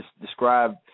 describe